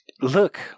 Look